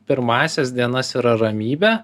pirmąsias dienas yra ramybė